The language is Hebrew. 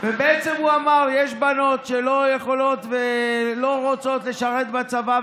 ובעצם הוא אמר: יש בנות שלא יכולות ולא רוצות לשרת בצבא,